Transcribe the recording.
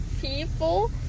people